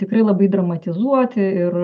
tikrai labai dramatizuoti ir